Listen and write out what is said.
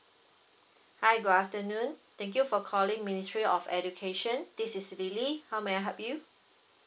hi good afternoon thank you for calling ministry of education this is lily how may I help you